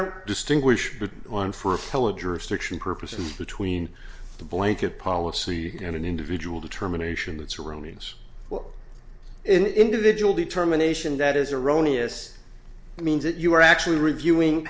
honor distinguished it on for fellow jurisdiction purposes between the blanket policy and an individual determination that surroundings in individual determination that is erroneous means that you are actually reviewing